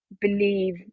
believe